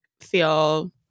feel